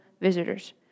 visitors